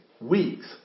weeks